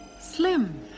slim